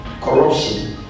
corruption